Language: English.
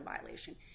violation